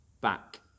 back